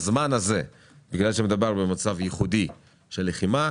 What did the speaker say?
בזמן הזה, בגלל שמדובר במצב ייחודי של לחימה,